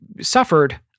suffered